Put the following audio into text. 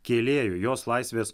kėlėju jos laisvės